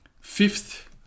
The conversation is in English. fifth